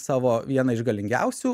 savo vieną iš galingiausių